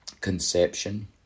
conception